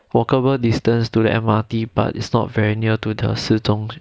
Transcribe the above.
walkable distance to the M_R_T but it's not very near to the 市中